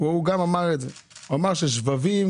אמר ששבבים